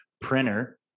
printer